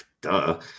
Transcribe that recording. duh